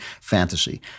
fantasy